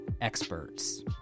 experts